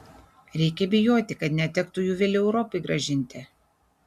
reikia bijoti kad netektų jų vėliau europai grąžinti